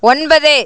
ஒன்பது